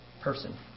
person